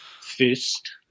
Fist